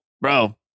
Bro